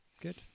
Good